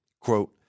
Quote